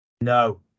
No